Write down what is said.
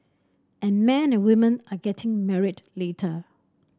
and men and women are getting married later